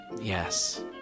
yes